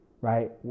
right